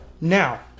Now